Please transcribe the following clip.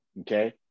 Okay